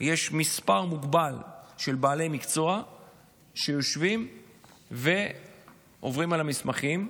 יש מספר מוגבל של בעלי מקצוע שיושבים ועוברים על המסמכים,